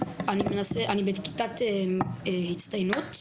אני בכיתת הצטיינות,